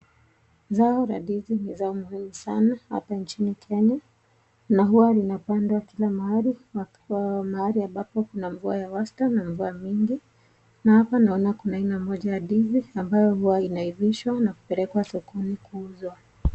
Zao la ndizi ni mzuri sana hapa nchini kenya na huwa linapadwa kila mahali ambapo kuna mvua ya wastani au mingi na huwa linaivishwa kupelekwa sokoni kuuzwa.